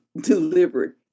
delivered